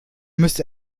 müsste